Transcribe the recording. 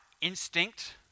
instinct